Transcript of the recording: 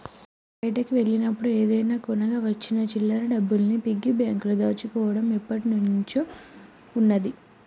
బయటికి వెళ్ళినప్పుడు ఏమైనా కొనగా వచ్చిన చిల్లర డబ్బుల్ని పిగ్గీ బ్యాంకులో దాచుకోడం ఎప్పట్నుంచో ఉన్నాది